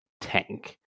tank